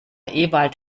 ewald